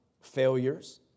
failures